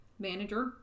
Manager